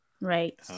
Right